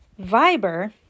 Viber